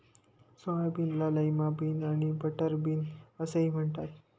सोयाबीनला lima bean आणि butter bean असेही म्हणतात